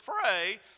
pray